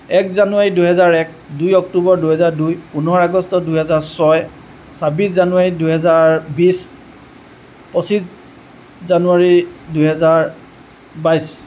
এক জানুৱাৰী দুহেজাৰ এক দুই অক্টোবৰ দুহেজাৰ দুই পোন্ধৰ আগষ্ট দুহেজাৰ ছয় ছাব্বিছ জানুৱাৰী দুহেজাৰ বিশ পঁচিছ জানুৱাৰী দুহেজাৰ বাইছ